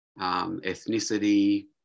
ethnicity